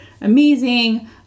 amazing